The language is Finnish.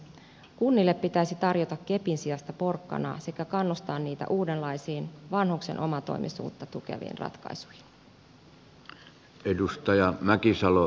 kunnille pitäisi tarjota kepin sijasta porkkanaa sekä kannustaa niitä uudenlaisiin vanhuksen omatoimisuutta tukeviin ratkaisuihin